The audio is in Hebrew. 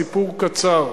סיפור קצר: